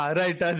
right